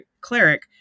cleric